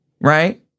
Right